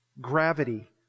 Gravity